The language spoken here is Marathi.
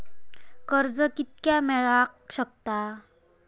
कर्ज कितक्या मेलाक शकता?